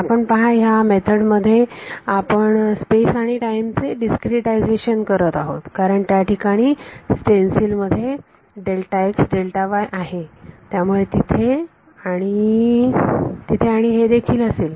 आपण पहा ह्या मेथडस मध्ये आपण स्पेस आणि टाइमचे डिस्क्रीटायजेशन करत आहोत कारण त्या ठिकाणी स्टेन्सिल मध्ये आहे त्यामुळे तिथे आणि हे देखील असेल